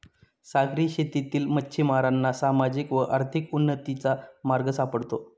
सागरी शेतीतील मच्छिमारांना सामाजिक व आर्थिक उन्नतीचा मार्ग सापडतो